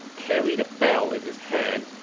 carried a bell in his hand,